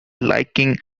liking